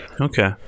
Okay